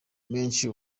menshi